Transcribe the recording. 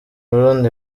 burundi